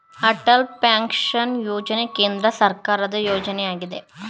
Atal pension ಯೋಜನೆ ಕೇಂದ್ರ ಸರ್ಕಾರದ ಯೋಜನೆಯಗಿದೆ